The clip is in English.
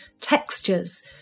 textures